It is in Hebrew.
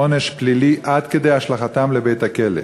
עונש פלילי עד כדי השלכתם לבית-הכלא.